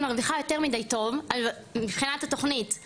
מרוויחה יותר מדי טוב מבחינת התוכנית,